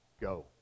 Go